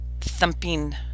thumping